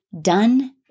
done